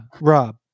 Rob